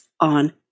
on